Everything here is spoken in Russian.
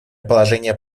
положения